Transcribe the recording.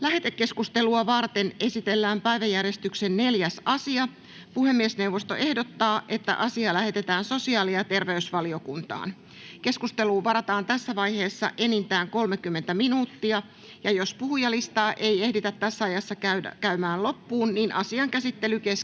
Lähetekeskustelua varten esitellään päiväjärjestyksen 4. asia. Puhemiesneuvosto ehdottaa, että asia lähetetään sosiaali- ja terveysvaliokuntaan. Keskusteluun varataan tässä vaiheessa enintään 30 minuuttia. Jos puhujalistaa ei tässä ajassa ehditä käydä loppuun, asian käsittely keskeytetään